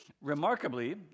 Remarkably